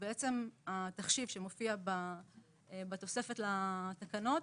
התחשיב שמופיע בתוספת לתקנות